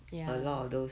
ya